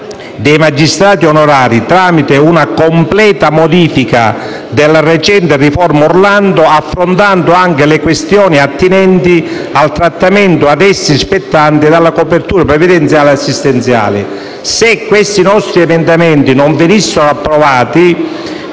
dei magistrati onorari, tramite una completa modifica della recente "riforma Orlando", affrontando anche le questioni attinenti al trattamento ad essi spettante e alle coperture previdenziali ed assistenziali». Se questi nostri emendamenti non venissero approvati,